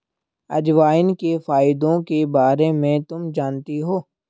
अजवाइन के फायदों के बारे में तुम जानती हो?